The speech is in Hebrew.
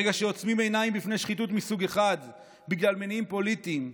ברגע שעוצמים עיניים בפני שחיתות מסוג אחד בגלל מניעים פוליטיים,